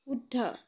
শুদ্ধ